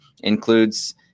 includes